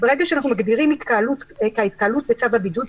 ברגע שאנחנו מגדירים התקהלות כהתקהלות בצו הבידוד,